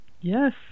Yes